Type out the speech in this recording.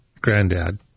granddad